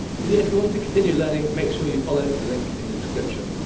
so yeah, if you want to continue learning make sure you follow the link in the description,